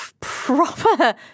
proper